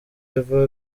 eva